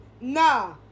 Nah